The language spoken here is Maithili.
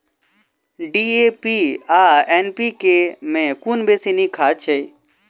डी.ए.पी आ एन.पी.के मे कुन बेसी नीक खाद छैक?